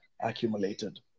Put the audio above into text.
accumulated